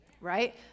right